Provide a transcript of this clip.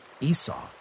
Esau